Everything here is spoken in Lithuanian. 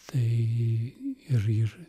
tai ir ir